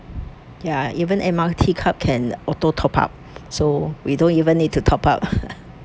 ya even M_R_T card can auto top up so we don't even need to top up